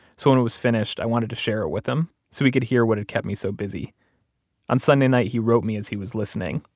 so when it was finished, i wanted to share it with him so we could hear what had kept me so busy on sunday night, he wrote me as he was listening,